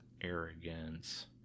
arrogance